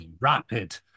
rapid